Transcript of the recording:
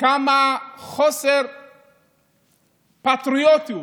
כמה חוסר פטריוטיות